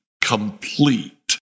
complete